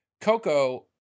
Coco